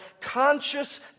conscious